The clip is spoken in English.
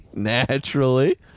Naturally